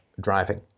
driving